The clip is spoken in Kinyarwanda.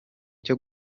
cyo